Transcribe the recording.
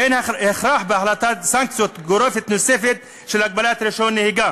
ואין הכרח בהטלת סנקציה גורפת נוספת של הגבלת רישיון נהיגה.